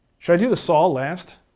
should i do the saw last?